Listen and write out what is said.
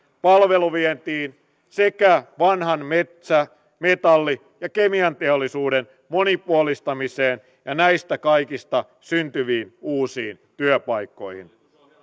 palveluvientiin sekä vanhan metsä metalli ja kemianteollisuuden monipuolistamiseen ja näistä kaikista syntyviin uusiin työpaikkoihin